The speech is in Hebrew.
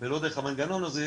ולא דרך המנגנון הזה,